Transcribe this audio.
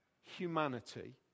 humanity